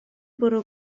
bwrw